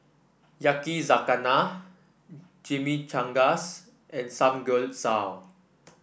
Yakizakana Chimichangas and Samgeyopsal